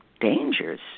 dangers